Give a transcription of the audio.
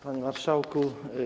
Panie Marszałku!